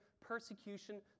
persecution